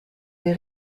des